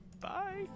bye